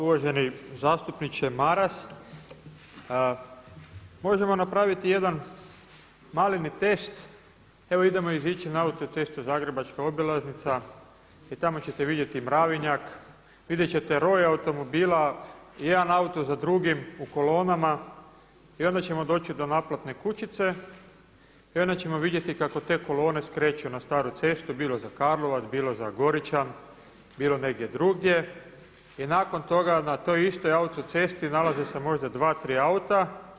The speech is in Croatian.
Uvaženi zastupniče Maras, možemo napraviti jedan maleni test, evo idemo izići na autocestu zagrebačka obilaznica i tamo ćete vidjeti mravinjak, vidjet ćete roj automobila i jedan auto za drugim u kolonama i onda ćemo doći do naplatne kućice i onda ćemo vidjeti kako te kolone skreću na staru cestu, bilo za Karlovac, bilo za Goričan, bilo negdje drugdje i nakon toga na toj istoj autocesti nalaze se možda dva, tri auta.